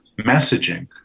messaging